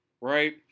right